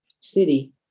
City